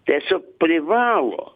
tiesiog privalo